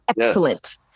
Excellent